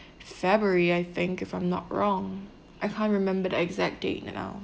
february I think if I'm not wrong I can't remember the exact date you know